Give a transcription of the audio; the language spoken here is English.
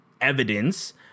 evidence